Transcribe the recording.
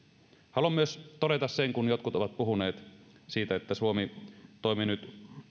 haluan myös todeta kun jotkut ovat puhuneet siitä että suomi toimii nyt